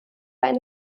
eine